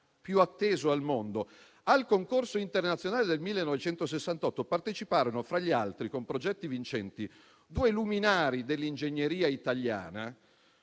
più atteso al mondo. Al concorso internazionale del 1968 parteciparono, fra gli altri, con progetti vincenti, due luminari dell'ingegneria italiana